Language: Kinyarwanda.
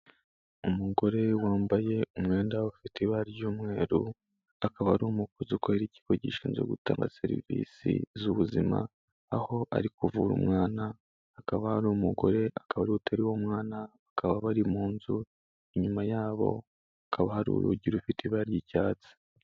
Umugore wambaye umwenda ufite ibara ry'umweru, akaba ari umukozi ukorera ikigo gishinzwe gutanga serivisi z'ubuzima, aho ari kuvura umwana, hakaba hari umugore akaba ariwe uteruye umwana, bakaba bari mu nzu, inyuma yabo hakaba hari urugi rufite ibara ry' icyatsi.